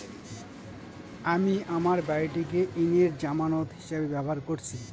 আমি আমার বাড়িটিকে ঋণের জামানত হিসাবে ব্যবহার করেছি